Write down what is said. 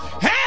hey